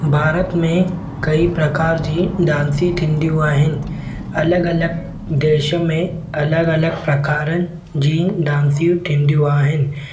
भारत में कई प्रकार जी डांसी थींदियूं आहिनि अलॻि देश में अलॻि अलॻि प्रकार जी डांसियूं थींदियूं आहिनि